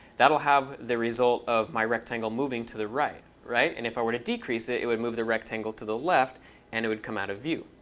that will have the result of my rectangle moving to the right, right? and if i were to decrease it, it would move the rectangle to the left and it would come out of view.